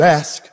ask